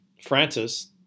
Francis